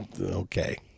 Okay